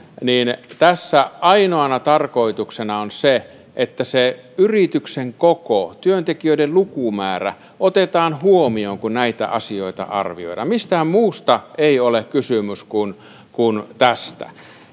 yritin valottaa tässä ainoana tarkoituksena on se että yrityksen koko työntekijöiden lukumäärä otetaan huomioon kun näitä asioita arvioidaan mistään muusta ei ole kysymys kuin tästä